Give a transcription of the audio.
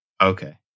Okay